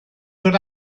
dod